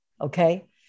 Okay